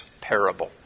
parable